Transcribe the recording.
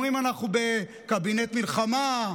אומרים: אנחנו בקבינט מלחמה,